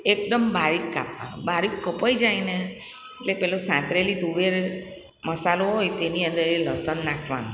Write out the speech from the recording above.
એકદમ બારીક કાપવાનું બારીક કપાઈ જાયને એટલે પેલું સાતરેલી તુવેર મસાલો હોય તેની અંદર એ લસણ નાખવાનું